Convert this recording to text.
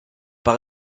par